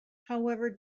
however